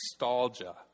nostalgia